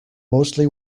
mostly